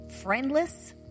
friendless